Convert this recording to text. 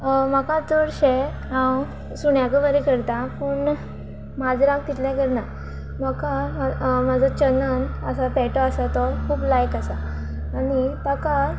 म्हाका चडशें हांव सुण्याकू बरें करता पूण माजरांक तितले करना म्हाका म्हाजो चनन आसा पेटो आसा तो खूब लायक आसा आनी ताका